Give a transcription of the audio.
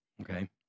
Okay